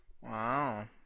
Wow